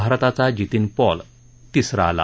भारताचा जितीन पॉल तिसरा आला